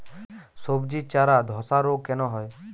সবজির চারা ধ্বসা রোগ কেন হয়?